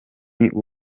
w’u